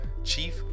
Chief